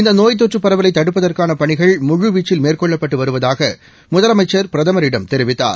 இந்த நோய் தொற்று பரவலை தடுப்பதற்கான பணிகள் முழுவீச்சில் மேற்கொள்ளப்பட்டு வருவதாக முதலமைச்சர் பிரதமரிடம் தெரிவித்தார்